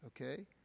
okay